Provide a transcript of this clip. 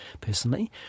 personally